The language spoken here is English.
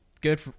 Good